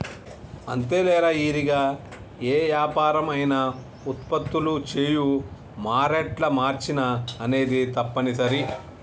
అంతేలేరా ఇరిగా ఏ యాపరం అయినా ఉత్పత్తులు చేయు మారేట్ల మార్చిన అనేది తప్పనిసరి